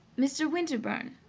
mr. winterbourne,